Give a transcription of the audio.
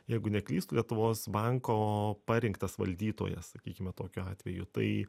jeigu neklystu lietuvos banko parinktas valdytojas sakykime tokiu atveju tai